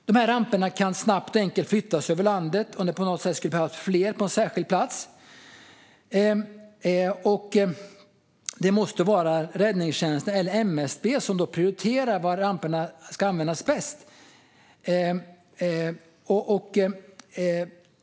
De här ramperna kan snabbt och enkelt flyttas över landet om det av någon anledning skulle behövas fler på en särskild plats. Det måste vara räddningstjänsten eller MSB som prioriterar var ramperna kan användas bäst.